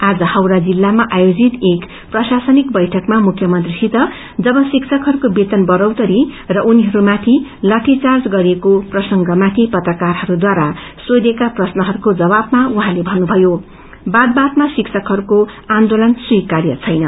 आज हावड़ा जिल्लामा आयोजित एक प्रशासनिक बैइकमा मुख्यमंत्रीसित जब शिबकहरूको वेतन बढ़ोत्तरी र उनीहरूमाथि लाठीचार्न गरिएक्रो प्रसंगमा पत्रकारहरूद्वारा सोषिएक्रा प्रश्नहरूमाथि उहाँले भन्नुभयो बात बातमा श्रिषकहरूको आन्दोन स्वीव्रय छैन